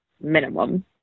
minimum